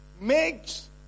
makes